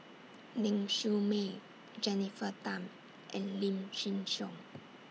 Ling Siew May Jennifer Tham and Lim Chin Siong